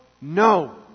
No